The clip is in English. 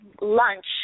lunch